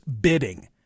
bidding